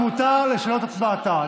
מותר לה לשנות את הצבעתה.